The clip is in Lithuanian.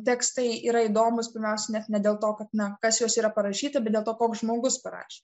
tekstai yra įdomūs pirmiausia net ne dėl to kad na kas juose yra parašyta bet dėl to koks žmogus parašė